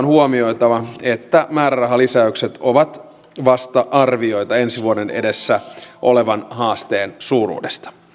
huomioitava että määrärahalisäykset ovat vasta arvioita ensi vuoden edessä olevan haasteen suuruudesta